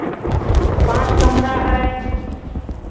पाँच कमरा है